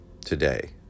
today